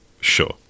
sure